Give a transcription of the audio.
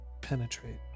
penetrate